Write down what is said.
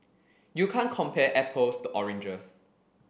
you can't compare apples to oranges